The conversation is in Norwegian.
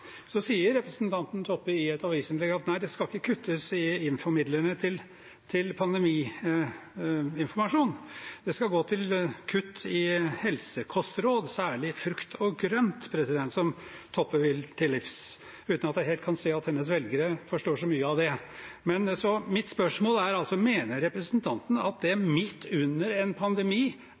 Så sier representanten Toppe i et avisinnlegg at det ikke skal kuttes i midlene til pandemiinformasjon, det skal gå til kutt i helsekostråd, om særlig frukt og grønt, som Toppe vil til livs – uten at jeg helt kan se at hennes velgere forstår så mye av det. Mitt spørsmål er altså: Mener representanten at det midt under en pandemi